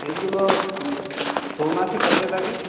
এইগুলো ছৌ নাচে কাজে লাগে